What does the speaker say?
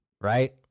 Right